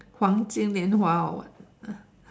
黄金年华 or what ah